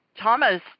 Thomas